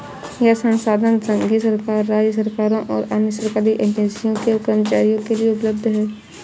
यह संसाधन संघीय सरकार, राज्य सरकारों और अन्य सरकारी एजेंसियों के कर्मचारियों के लिए उपलब्ध है